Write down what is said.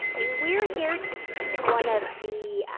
we're here to see one of the